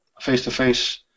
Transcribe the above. face-to-face